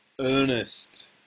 Ernest